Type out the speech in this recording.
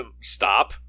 stop